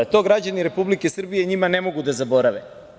To građani Republike Srbije njima ne mogu da zaborave.